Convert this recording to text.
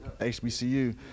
HBCU